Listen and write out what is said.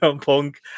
punk